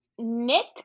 Nick